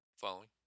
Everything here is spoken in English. Following